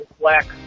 black